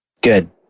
Good